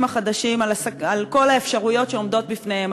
החדשים על כל האפשרויות שעומדות בפניהם,